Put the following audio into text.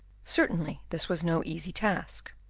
certainly this was no easy task.